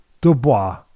Dubois